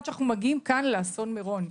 עד שאנחנו מגיעים כאן לאסון מירון,